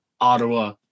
Ottawa